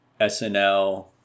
SNL